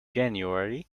january